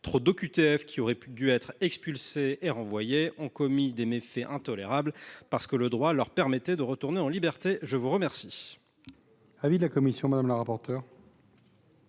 sous OQTF qui auraient dû être expulsés et renvoyés ont commis des méfaits intolérables parce que le droit leur permettait de retrouver la liberté ! Quel